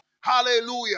Hallelujah